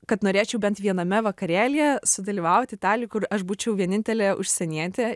kad norėčiau bent viename vakarėlyje sudalyvauti itali kur aš būčiau vienintelė užsienietė